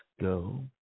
Go